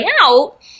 out